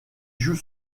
joue